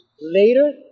later